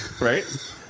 Right